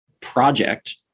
project